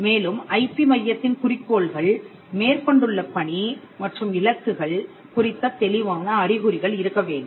மேலும் ஐபி மையத்தின் குறிக்கோள்கள் மேற்கொண்டுள்ள பணி மற்றும் இலக்குகள் குறித்த தெளிவான அறிகுறிகள் இருக்க வேண்டும்